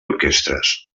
orquestres